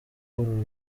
uru